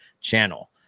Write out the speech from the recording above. channel